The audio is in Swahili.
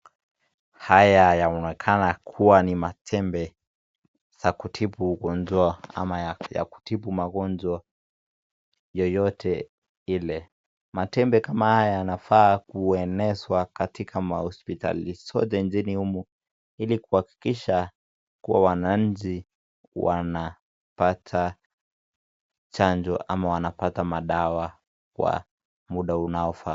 Haya yaonekana ni matembe ya kutibu ugonjwa ama ya kutibu magonjwa yoyote ile. Matembe kama haya yanafaa kuenezwa katika mahospitali zote nchini humu ili kuhakikisha kuwa wananchi wanapata chanjo ama wanapata dawa kwa muda unaofaa.